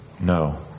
no